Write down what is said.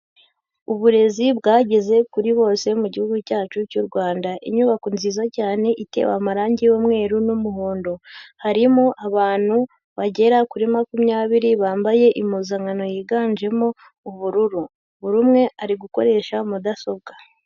Uburezi bwageze kuri bose mu gihugu cyacu cy'u Rwanda. Inyubako nziza cyane itewe amarangi y'umweru n'umuhondo. Harimo abantu bagera kuri makumyabiri bambaye impuzankano yiganjemo ubururu. Buri umwe ari gukoresha mudasobwa.